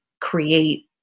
create